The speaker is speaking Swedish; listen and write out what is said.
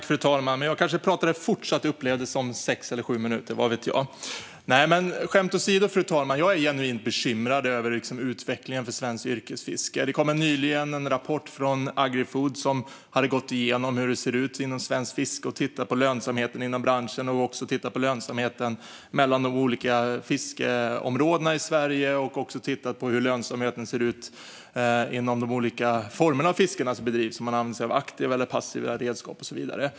Fru talman! Jag kanske talade så fort att det upplevdes som sex eller sju minuter, vad vet jag. Fru talman! Skämt åsido är jag genuint bekymrad över utvecklingen för svenskt yrkesfiske. Det kom nyligen en rapport från Agrifood där man har gått igenom hur det ser ut inom svenskt fiske. Man har tittat på lönsamheten i branschen, på skillnaden i lönsamhet mellan de olika fiskeområdena i Sverige och på lönsamheten inom de olika formerna av fiske som bedrivs, det vill säga om man använder sig av aktiva eller passiva redskap och så vidare.